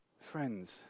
Friends